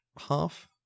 half